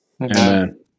Amen